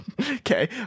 okay